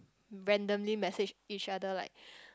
randomly message each other like